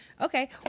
Okay